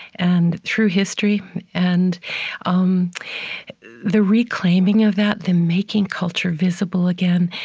and through history and um the reclaiming of that, the making culture visible again,